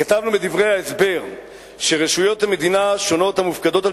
כתבנו בדברי ההסבר שרשויות מדינה השונות המופקדות על